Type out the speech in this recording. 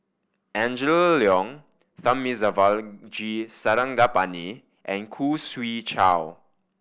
Angela Liong Thamizhavel G Sarangapani and Khoo Swee Chiow